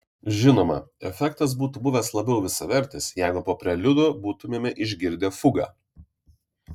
žinoma efektas būtų buvęs labiau visavertis jeigu po preliudo būtumėme išgirdę fugą